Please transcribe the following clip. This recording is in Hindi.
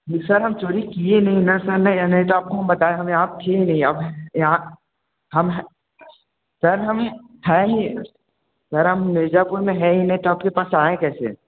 सर हम चोरी किए नहीं ना सर न न नहीं तो हम आपको बताएँ हम यहाँ थे ही नहीं हम यहाँ हम स सर हम हैं ही सर हम मिर्ज़ापुर में हैं ही नहीं तो आपके आस आएँ कैसे